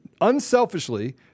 unselfishly